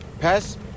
pass